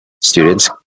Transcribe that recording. students